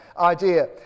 idea